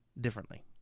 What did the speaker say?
differently